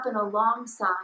alongside